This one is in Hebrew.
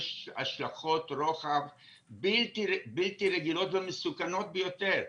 יש השלכות רוחב בלתי רגילות ומסוכנות ביותר.